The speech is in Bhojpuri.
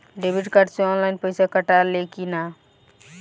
डेबिट कार्ड से ऑनलाइन पैसा कटा ले कि ना?